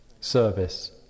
service